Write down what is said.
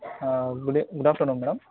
ah good good afternoon madam